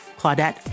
Claudette